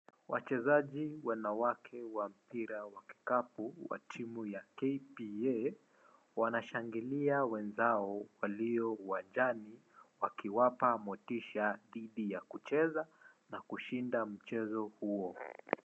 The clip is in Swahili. Wachezaji wanawake wa mpira wa kikapu wa timu ya KPA wanashangilia wenzao walio uwanjani wakiwapa motisha dhidi ya kucheza na kushinda mchezo huo.